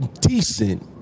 decent